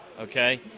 okay